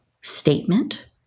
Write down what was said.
statement